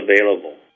available